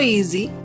easy